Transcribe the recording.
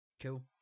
Cool